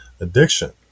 addiction